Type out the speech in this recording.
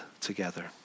together